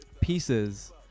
pieces